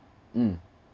mm